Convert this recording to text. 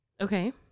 Okay